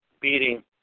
beating